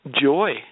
joy